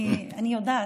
אני יודעת.